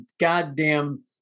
goddamn